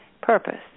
purpose